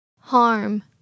Harm